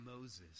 Moses